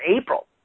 April